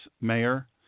mayor